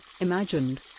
imagined